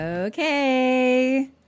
Okay